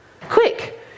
Quick